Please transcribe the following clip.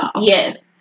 Yes